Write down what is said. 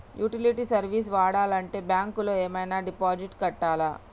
Utility service వాడాలంటే bank లో ఏమైనా డిపాజిట్ కట్టాలా?